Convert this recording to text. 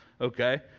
okay